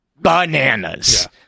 bananas